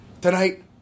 Tonight